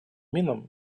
минам